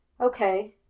okay